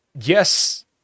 Yes